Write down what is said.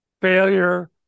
Failure